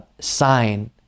sign